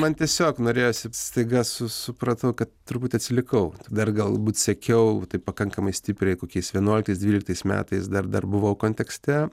man tiesiog norėjosi staiga su supratau kad turbūt atsilikau dar galbūt sekiau taip pakankamai stipriai kokiais vienuoliktais dvyliktais metais dar dar buvau kontekste